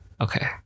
Okay